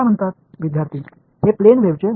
மாணவர் இது ஒரு சமதள அலையை விவரிக்கிறது